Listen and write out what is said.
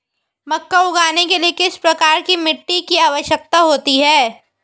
मक्का उगाने के लिए किस प्रकार की मिट्टी की आवश्यकता होती है?